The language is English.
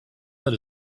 that